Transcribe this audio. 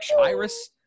Iris